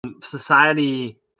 society